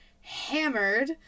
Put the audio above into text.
hammered